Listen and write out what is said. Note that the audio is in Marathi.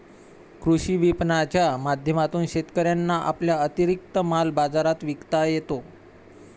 कृषी विपणनाच्या माध्यमातून शेतकऱ्यांना आपला अतिरिक्त माल बाजारात विकता येतो